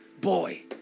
boy